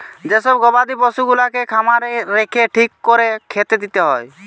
যে সব গবাদি পশুগুলাকে খামারে রেখে ঠিক কোরে খেতে দিতে হয়